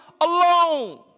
alone